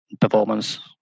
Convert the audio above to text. performance